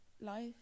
life